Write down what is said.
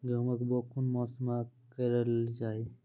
गेहूँमक बौग कून मांस मअ करै लेली चाही?